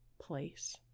place